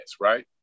right